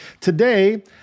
today